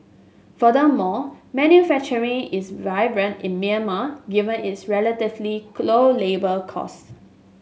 furthermore manufacturing is viable in Myanmar given its relatively low labour costs